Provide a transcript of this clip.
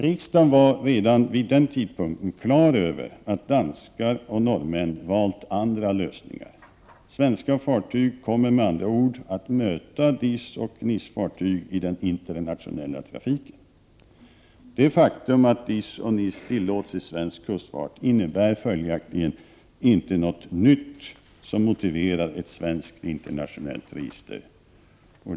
Riksdagen var redan vid denna tidpunkt på det klara med att danskar och norrmän valt andra lösningar. Svenska fartyg kommer med andra ord att möta DIS och NIS-fartyg i den internationella trafiken. Det faktum att DIS och NIS tillåts i svensk kustfart innebär följaktligen inte något nytt som motiverar ett svenskt internationellt register.